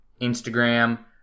Instagram